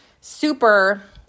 super